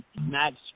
Max